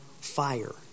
fire